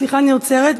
אני עוצרת.